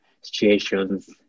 situations